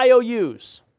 IOUs